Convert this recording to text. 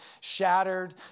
shattered